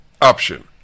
option